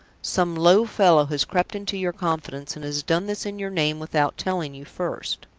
some low fellow has crept into your confidence, and has done this in your name without telling you first.